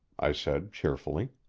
i said cheerfully.